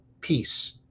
peace